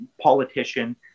politician